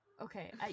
Okay